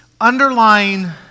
underlying